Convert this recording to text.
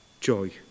joy